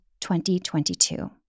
2022